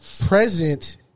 present